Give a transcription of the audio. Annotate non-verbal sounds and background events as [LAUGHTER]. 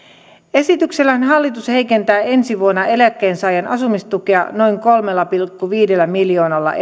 esityksellään hallitus heikentää ensi vuonna eläkkeensaajan asumistukea noin kolmella pilkku viidellä miljoonalla [UNINTELLIGIBLE]